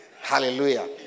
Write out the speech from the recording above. Hallelujah